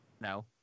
No